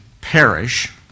perish